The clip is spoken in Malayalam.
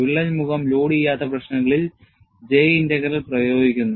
വിള്ളൽ മുഖം ലോഡുചെയ്യാത്ത പ്രശ്നങ്ങളിൽ J ഇന്റഗ്രൽ പ്രയോഗിക്കുന്നു